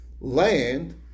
land